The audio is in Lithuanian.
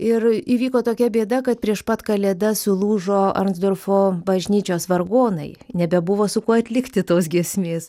ir įvyko tokia bėda kad prieš pat kalėdas sulūžo arnsdorfo bažnyčios vargonai nebebuvo su kuo atlikti tos giesmės